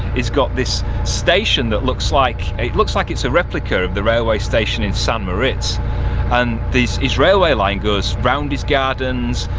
he's got this station that looks like, it looks like it's a replica of the railway station in st maritz and his railway line goes round his gardens,